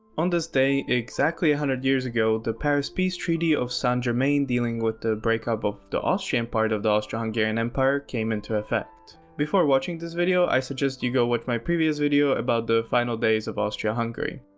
on this day, exactly a one hundred years ago the paris peace treaty of saint germain dealing with the breakup of the austrian part of the austro-hungairan empire came into effect. before watching this video i suggest you go watch my previous video about the final days of austria-hungary.